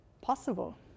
possible